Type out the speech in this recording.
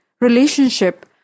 relationship